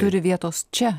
turi vietos čia